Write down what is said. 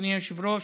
אדוני היושב-ראש,